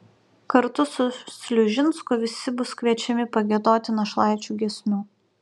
kartu su sliužinsku visi bus kviečiami pagiedoti našlaičių giesmių